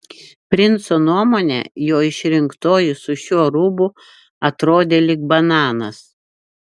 princo nuomone jo išrinktoji su šiuo rūbu atrodė lyg bananas